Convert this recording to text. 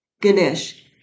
Ganesh